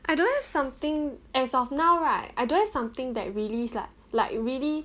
I don't have something as of now right I don't have something that really like like really